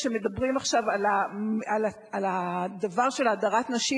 כשמדברים עכשיו על הדרת נשים,